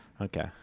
Okay